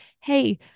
hey